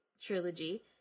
trilogy